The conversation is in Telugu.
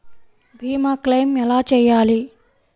భీమ క్లెయిం ఎలా చేయాలి?